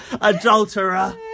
adulterer